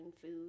food